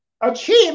achieve